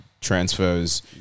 transfers